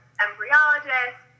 embryologist